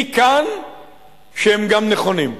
מכאן שהם גם נכונים.